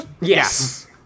Yes